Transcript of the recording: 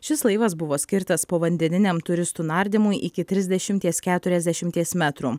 šis laivas buvo skirtas povandeniniam turistų nardymui iki trisdešimties keturiasdešimties metrų